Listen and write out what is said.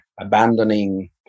abandoning